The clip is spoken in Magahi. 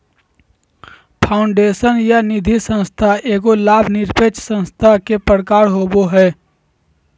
फाउंडेशन या निधिसंस्था एगो लाभ निरपेक्ष संस्था के प्रकार होवो हय